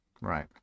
Right